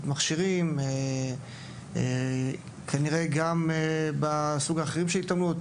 מכשירים; כנראה שגם בסוגים אחרים של התעמלות,